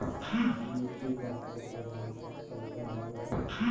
कीट के पंखों पर रंग और पैटर्न होबो हइ